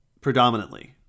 predominantly